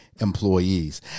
employees